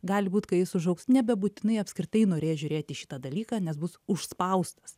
gali būt kai jis užaugs nebebūtinai apskritai norės žiūrėt šitą dalyką nes bus užspaustas